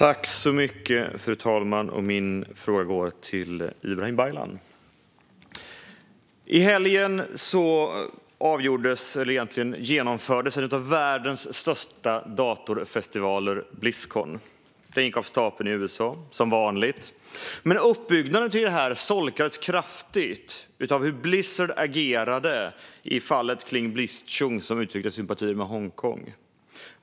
Fru talman! Min fråga går till Ibrahim Baylan. I helgen genomfördes en av världens största datorfestivaler, Blizzcon. Den gick som vanligt av stapeln i USA. Uppbyggnaden solkades dock kraftigt av hur Blizzard agerade i fallet med Blitzchung som uttryckte sympatier med Hongkong.